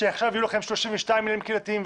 שעכשיו יהיו לכם 32 מינהלים קהילתיים,